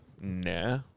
Nah